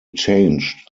changed